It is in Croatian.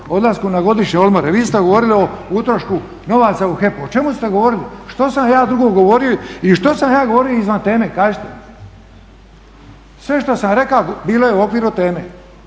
odlasku na godišnje odmore, vi ste govorili o utrošku novaca u HEP-u. O čemu ste govorili? Što sam ja drugo govorio i što sam ja govorio izvan teme kažite? Sve što sam rekao bilo je u okviru teme